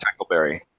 Tackleberry